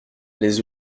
les